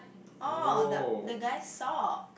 orh the the guy sock